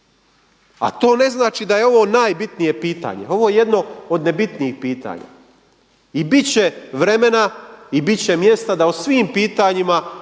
A to ne znači da je ovo najbitnije pitanje, ovo je jedno od nebitnijih pitanja. I bit će vremena i bit će mjesta da o svim pitanjima